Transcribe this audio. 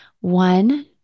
One